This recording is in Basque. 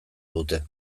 dute